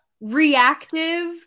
Reactive